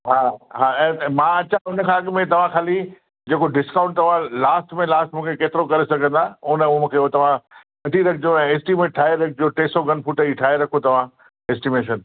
हा हा मां अचां उनखां अॻु तव्हां ख़ाली जेको डिस्काउंट अथव लास्ट में लास्ट मूंखे केतिरो करे सघंदा उन में उहो मूंखे तव्हां कढी रखिजो ऐं एस्टीमेट ठाहे रखिजो टे सौ फ़ुट जी ठाहे रखो तव्हां एस्टीमेशन